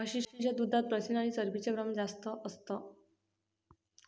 म्हशीच्या दुधात प्रथिन आणि चरबीच प्रमाण जास्त असतं